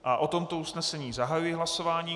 O tomto usnesení zahajuji hlasování.